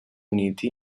uniti